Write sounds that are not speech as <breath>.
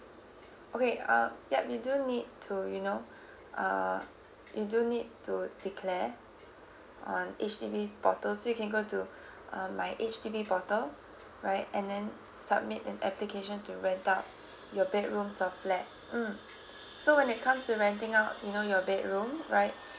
okay uh yup you do need to you know <breath> uh you do need to declare um H_D_B portal so you can go to <breath> um my H_D_B portal right and then submit an application to rent out <breath> your bedrooms of flat mm so when it comes to renting out you know your bedroom right